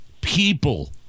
people